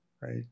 right